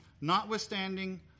Notwithstanding